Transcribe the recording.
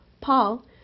Paul